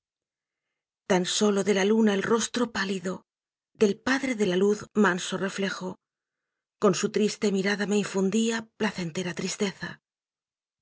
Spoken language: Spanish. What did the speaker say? tan sólo de la luna el rostro pálido del padre de la luz manso reflejo con su triste mirada me infundia placentera tristeza